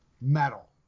metal